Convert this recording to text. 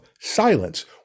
silence